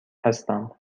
هستم